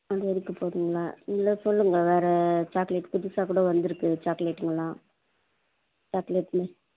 அது வரைக்கும் போதுங்களா இல்லை சொல்லுங்கள் வேறு சாக்லேட் புதுசாக்கூட வந்துருக்குது சாக்லேட்டுங்களெலாம் சாக்லேட் மி